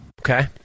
okay